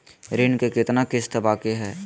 ऋण के कितना किस्त बाकी है?